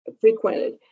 frequented